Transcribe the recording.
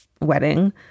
wedding